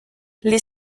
les